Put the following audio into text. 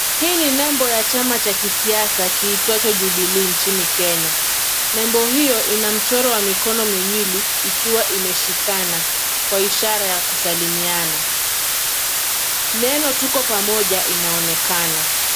Hii ni nembo ya chama cha kisiasa kiitwacho Jubilee nchini Kenya. Nembo hiyo ina michoro ya mikono miwili ikiwa imeshikana kwa ishara ya kusalimiana. Neno Tuko Pamoja inaonekana.